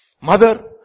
mother